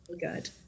Good